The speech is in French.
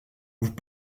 vous